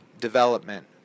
development